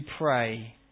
pray